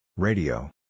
Radio